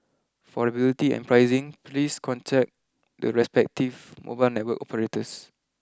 for availability and pricing please contact the respective mobile network operators